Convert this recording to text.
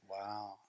Wow